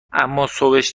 اماصبش